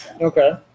Okay